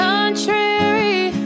Contrary